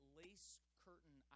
lace-curtain